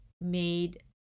made